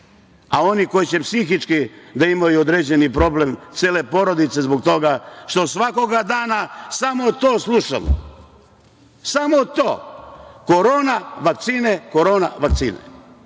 a oni koji će psihički da imaju određeni problem, cele porodice, zbog toga, što svakako dana samo to slušamo, samo to – korona, vakcine, korona, vakcine. Žalost